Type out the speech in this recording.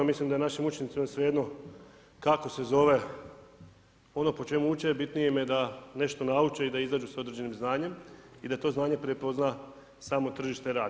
Mislim da je našim učenicima svejedno kako se zove ono po čemu uče, bitnije im je da nešto nauče i da izađu s određenim znanjem, i da to znanje prepozna samo tržište rada.